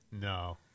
No